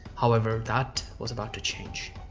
however, that was about to change.